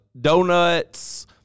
donuts